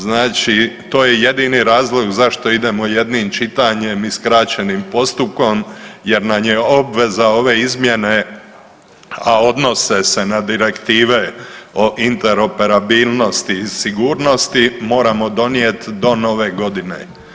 Znači to je jedini razlog zašto idemo jednim čitanjem i skraćenim postupkom jer nam je obveza ove izmjene, a odnose se na direktive interoperabilnosti i sigurnosti, moramo donijeti do Nove godine.